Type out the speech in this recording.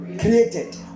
created